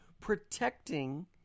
Protecting